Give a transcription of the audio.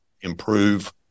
improve